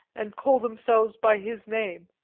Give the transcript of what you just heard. and call themselves by his name.